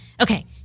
Okay